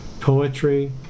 poetry